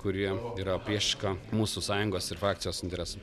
kurie yra priešiška mūsų sąjungos ir frakcijos interesam